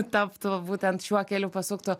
taptų būtent šiuo keliu pasuktų